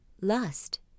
Lust